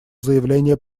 заявление